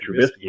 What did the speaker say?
Trubisky